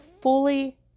fully